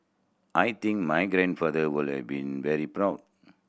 I think my grandfather will have been very proud